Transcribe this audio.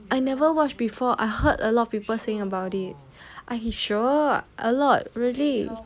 I never watch before I heard a lot of people saying about it I'm sure a lot really